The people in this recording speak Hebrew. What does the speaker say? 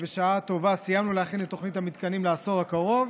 סיימנו להכין את תוכנית המתקנים לעשור הקרוב,